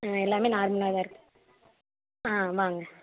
ஆ எல்லாமே நார்மலாகதான் இருக்குது ம் வாங்க